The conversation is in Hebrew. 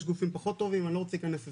יש גופים פחות טובים אני לא רוצה להיכנס לזה,